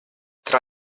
tra